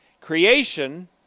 Creation